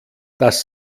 dass